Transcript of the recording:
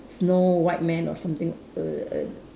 snow white man or something err err